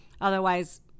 Otherwise